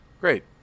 Great